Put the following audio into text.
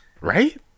right